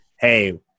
Hey